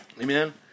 Amen